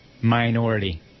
minority